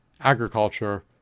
agriculture